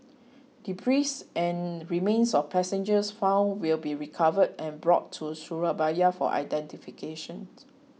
Debris and remains of passengers found will be recovered and brought to Surabaya for identification